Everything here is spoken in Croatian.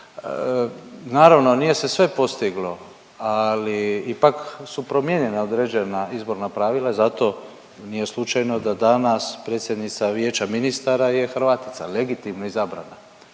Naravno nije se sve postiglo, ali ipak su promijenjena određena izborna pravila i zato nije slučajno da danas predsjednica Vijeća ministara je Hrvatica, legitimno izabrana,